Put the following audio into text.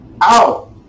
out